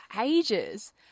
ages